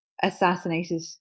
assassinated